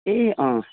ए अँ